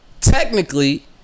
technically